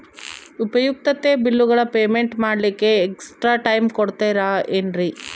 ಉಪಯುಕ್ತತೆ ಬಿಲ್ಲುಗಳ ಪೇಮೆಂಟ್ ಮಾಡ್ಲಿಕ್ಕೆ ಎಕ್ಸ್ಟ್ರಾ ಟೈಮ್ ಕೊಡ್ತೇರಾ ಏನ್ರಿ?